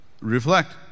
reflect